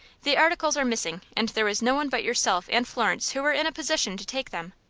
the articles are missing, and there was no one but yourself and florence who were in a position to take them.